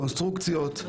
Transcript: קונסטרוקציות,